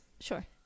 Sure